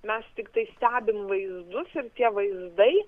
mes tiktai stebim vaizdus ir tie vaizdai